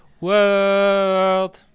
World